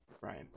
right